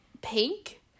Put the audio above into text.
pink